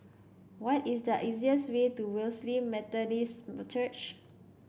what is the easiest way to Wesley Methodist Church